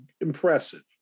impressive